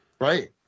Right